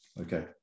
okay